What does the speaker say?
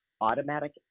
automatic